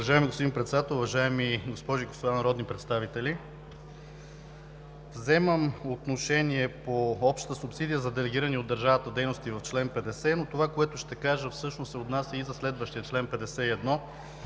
уважаеми госпожи и господа народни представители! Вземам отношение по общата субсидия за делегирани от държавата дейности в чл. 50. Това, което ще кажа, всъщност се отнася и за следващия чл. 51